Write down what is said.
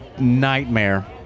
nightmare